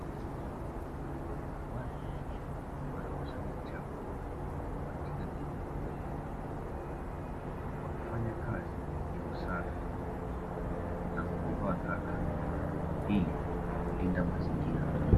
Watu wanakusanya uchafu katika kiroba, wakifanya kazi ya usafi na kuondoa taka ili kulinda mazingira.